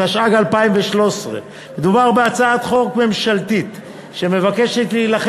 התשע"ג 2013. מדובר בהצעת חוק ממשלתית שמבקשת להילחם